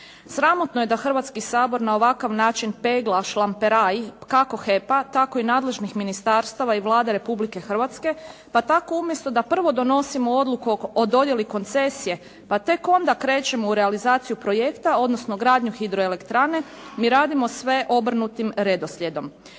Sramotno je da Hrvatski sabor na ovakav način pegla šlamperaj kako HEP-a tako i nadležnih ministarstava i Vlade Republike Hrvatske pa tako umjesto da prvo donosimo odluku o dodjeli koncesije pa tek onda krećemo u realizaciju projekta odnosno gradnju hidroelektrane mi radimo sve obrnutim redoslijedom.